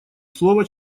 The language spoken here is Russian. слово